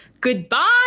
Goodbye